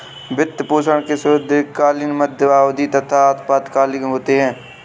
वित्त पोषण के स्रोत दीर्घकालिक, मध्य अवधी तथा अल्पकालिक होते हैं